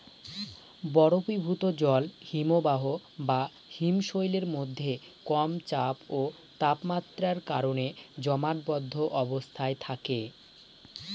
বরফীভূত জল হিমবাহ বা হিমশৈলের মধ্যে কম চাপ ও তাপমাত্রার কারণে জমাটবদ্ধ অবস্থায় থাকে